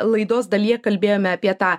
laidos dalyje kalbėjome apie tą